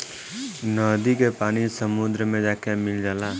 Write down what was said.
नदी के पानी समुंदर मे जाके मिल जाला